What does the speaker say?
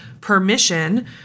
permission